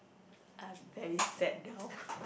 I'm very sad now